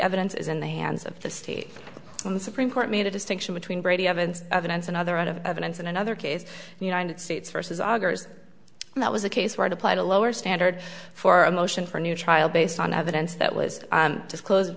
evidence is in the hands of the state supreme court made a distinction between brady evidence evidence and other out of evidence in another case united states versus augers that was a case where it applied a lower standard for a motion for a new trial based on evidence that was disclosed